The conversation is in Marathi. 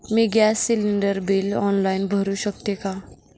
मी गॅस सिलिंडर बिल ऑनलाईन भरु शकते का?